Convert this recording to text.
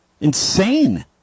Insane